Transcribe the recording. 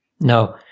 No